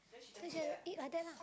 then just eat like that lah